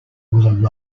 will